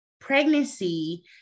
pregnancy